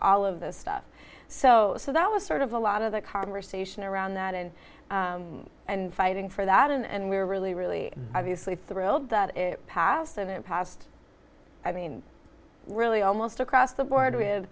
all of this stuff so so that was sort of a lot of the conversation around that and and fighting for that and we were really really obviously thrilled that it passed and it passed i mean really almost across the board